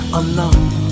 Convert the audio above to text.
alone